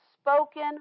spoken